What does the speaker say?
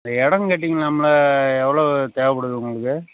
இந்த இடம் கேட்டீங்கலாம்ல எவ்வளவு தேவைப்படுது உங்களுக்கு